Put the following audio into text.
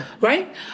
right